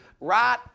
right